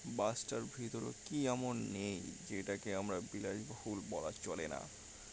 বাসটার ভিতরেও কি এমন নেই যেটাকে আমরা বিলাসবহুল বলা চলে না